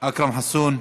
אכרם חסון,